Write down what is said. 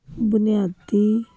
ਬੁਨਿਆਦੀ